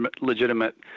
legitimate